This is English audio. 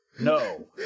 No